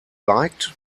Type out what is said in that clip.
liked